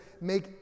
make